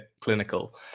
clinical